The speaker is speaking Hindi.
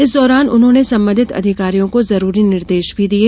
इस दौरान उन्होंने संबधित अधिकारियों को जरूरी निर्देश भी दिये